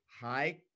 high